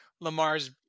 Lamar's